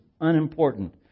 unimportant